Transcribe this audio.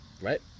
right